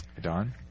Don